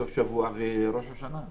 אחר כך סוף שבוע ואחר כך ראש השנה.